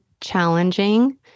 challenging